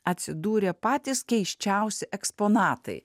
atsidūrė patys keisčiausi eksponatai